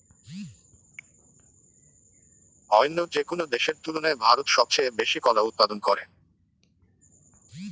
অইন্য যেকোনো দেশের তুলনায় ভারত সবচেয়ে বেশি কলা উৎপাদন করে